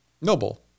Noble